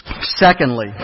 Secondly